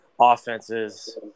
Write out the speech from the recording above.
offenses –